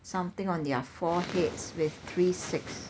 something on their foreheads with three six